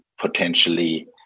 potentially